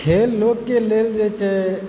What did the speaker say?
खेल लोकके लेल जे छै